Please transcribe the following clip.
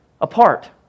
apart